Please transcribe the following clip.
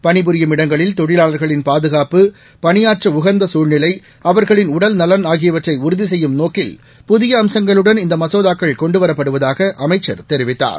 பணிபுரியும் இடங்களில் தொழிலாளர்களின் பாதுகாப்பு பணியாற்ற உகந்த சூழ்நிலை அவர்களின் உடல்நலன் ஆகியவற்றை உறுதி செய்யும் நோக்கில் புதிய அம்சங்களுடன் இந்த மசோதாக்கள் கொண்டுவரப்படுவதாக அமைச்சர் தெரிவித்தார்